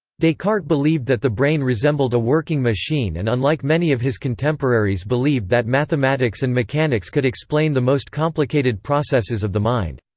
descartes believed that the brain resembled a working machine and unlike many of his contemporaries believed that mathematics and mechanics could explain the most complicated processes of the mind.